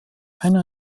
einer